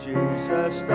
Jesus